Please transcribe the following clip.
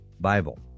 bible